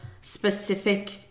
specific